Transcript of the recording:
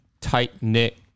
tight-knit